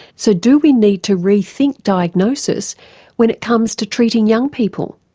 so do we need to rethink diagnosis when it comes to treating young people?